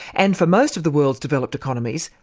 and for most of the world's developed economies,